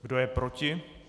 Kdo je proti?